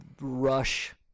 rush